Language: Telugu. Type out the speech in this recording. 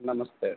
నమస్తే అండి